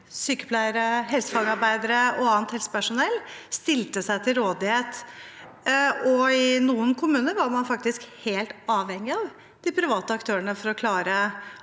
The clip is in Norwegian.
sykepleiere, helsefagarbeidere og annet helsepersonell, stilte seg til rådighet. I noen kommuner var man faktisk helt avhengig av de private aktørene for å klare